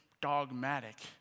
dogmatic